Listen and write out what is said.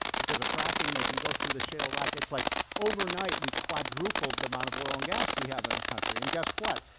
because of fracking, they can go through the shale rackets. like overnight, we quadrupled the amount of oil and gas, we have in the country. and guess what?